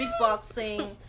beatboxing